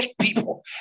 people